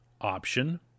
option